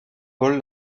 paul